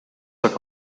aga